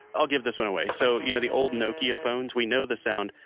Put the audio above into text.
i'll give this one away. so you know the old nokia phones? we know the sound.